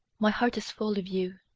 my heart is full of you.